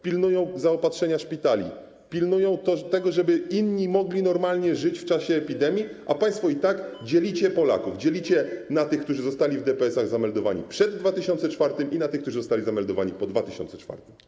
Pilnują zaopatrzenia szpitali, pilnują też tego, żeby inni mogli normalnie żyć w czasie epidemii, a państwo i tak dzielicie Polaków, dzielicie na tych, którzy zostali w DPS-ach zameldowani przed 2004 r., i na tych, którzy zostali zameldowani po 2004 r.